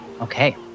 Okay